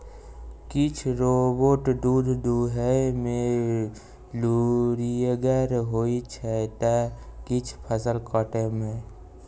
किछ रोबोट दुध दुहय मे लुरिगर होइ छै त किछ फसल काटय मे